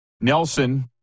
nelson